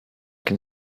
can